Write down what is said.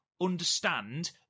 understand